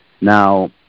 now